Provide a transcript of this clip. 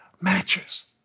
matches